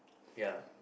ya